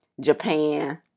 japan